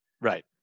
Right